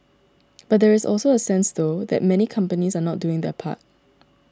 but there is also a sense though that many companies are not doing their part